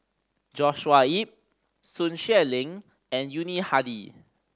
Joshua Ip Sun Xueling and Yuni Hadi